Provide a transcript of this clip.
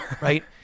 Right